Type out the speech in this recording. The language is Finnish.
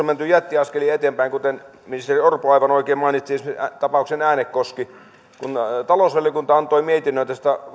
menty jättiaskelin eteenpäin kuten ministeri orpo aivan oikein mainitsi esimerkiksi tapauksen äänekoski kun talousvaliokunta antoi mietinnön